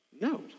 No